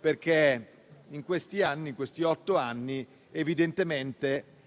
perché, in questi otto anni, evidentemente